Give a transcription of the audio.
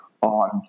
on